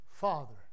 Father